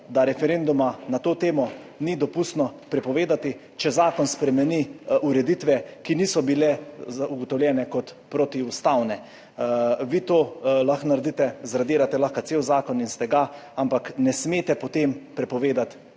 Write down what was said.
da referenduma na to temo ni dopustno prepovedati, če zakon spremeni ureditve, ki niso bile ugotovljene kot protiustavne. Vi to lahko naredite, zradirate lahko cel zakon in ste ga, ampak ne smete potem prepovedati